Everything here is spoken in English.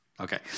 Okay